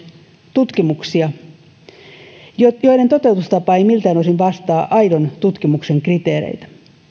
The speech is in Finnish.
tutkimuksia joiden toteutustapa ei miltään osin vastaa aidon tutkimuksen kriteereitä